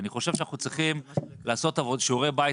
אני חושב שאנחנו צריכים לעשות שיעורי בית